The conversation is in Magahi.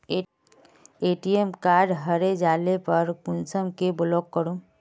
ए.टी.एम कार्ड हरे जाले पर कुंसम के ब्लॉक करूम?